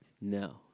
No